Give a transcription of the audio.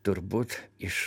turbūt iš